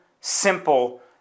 simple